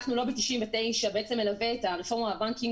אנחנו לובי 99 שמלווה את הרפורמה בבנקים